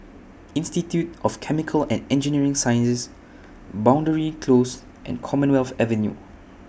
Institute of Chemical and Engineering Sciences Boundary Close and Commonwealth Avenue